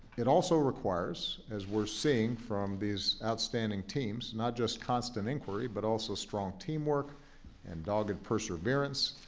it also requires, as we're seeing from these outstanding teams, not just constant inquiry, but also strong teamwork and dogged perseverance.